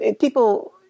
people